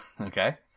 Okay